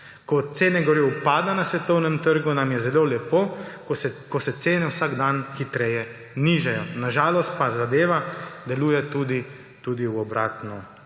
Ko cene goriv padajo na svetovnem trgu, nam je zelo lepo, ko se cene vsak dan hitreje nižajo. Na žalost pa zadeva deluje tudi v obratno smer.